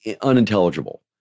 unintelligible